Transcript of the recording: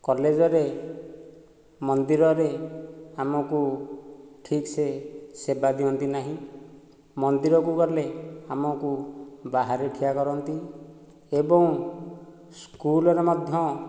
କଲେଜ୍ରେ ମନ୍ଦିରରେ ଆମକୁ ଠିକ୍ ସେ ସେବା ଦିଅନ୍ତି ନାହିଁ ମନ୍ଦିରକୁ ଗଲେ ଆମକୁ ବାହାରେ ଠିଆ କରନ୍ତି ଏବଂ ସ୍କୁଲରେ ମଧ୍ୟ